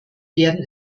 werden